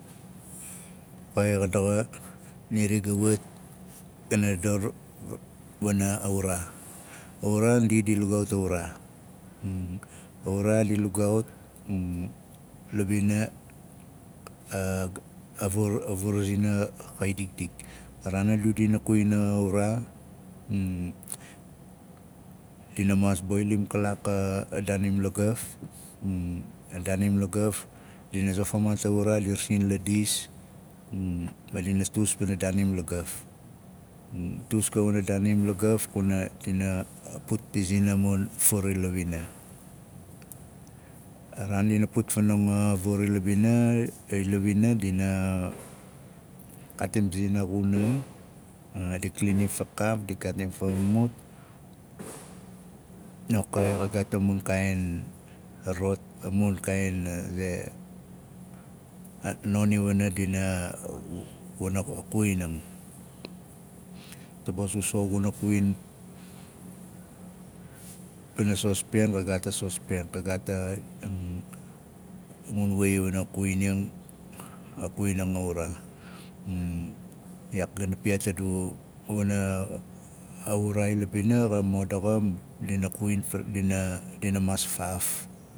Okai xa daxa nia ari ga wat gana dador wana wuraa a wuraa ndi di i lugaaut a wuraa a wuraa di lugaaut la bina a vur zina xa i dikdik a raan a du dina kuwin a wuraa dina maas boilim kalaak daanim lagaf. Dina zofamaat a wuraa di rasin la dis ma dina tus pana daanim lafaf kuna dina a put pizin a mun fur ila wina. A raan dina put fanonga vur ila wina dina kaatim pizin a xuna naadi klinim fakaaf di kaatim fa mumuf oka xa gaat a mun kaain a rot a mun kaain a xe a non iwana dina wana kawining tapos gu soxot guna kuwin pana sospen ka gat a sospen ka gaat a mun wei iwana kuwining a a wuraa iyaak gana piyaat a du wana a wuraa ila bina xa mo daxa dina kuwin dina maas faaf.